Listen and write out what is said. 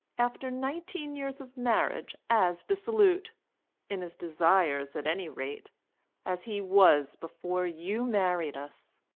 after nineteen years of marriage, as dissolute in his desires at any rate as he was before you married us.